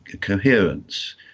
coherence